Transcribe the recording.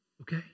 Okay